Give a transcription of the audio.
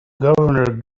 governor